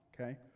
Okay